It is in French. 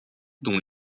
dont